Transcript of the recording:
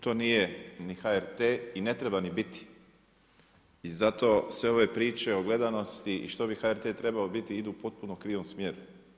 To nije ni HRT-e i ne treba ni biti i zato sve ove priče o gledanosti i što bi HRT-e trebao biti idu u potpuno krivom smjeru.